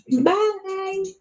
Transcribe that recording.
Bye